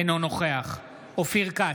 אינו נוכח אופיר כץ,